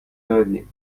دادیم